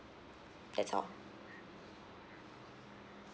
that's all